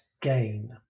gain